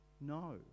no